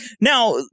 Now